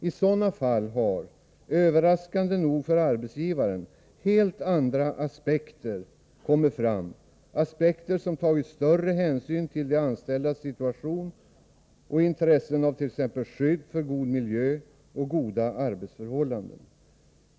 I sådana fall har, överraskande nog för arbetsgivaren, helt andra aspekter kommit fram — aspekter som tagit större hänsyn till de anställdas situation och intresse av t.ex. skydd för god miljö och goda arbetsförhållanden.